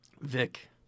Vic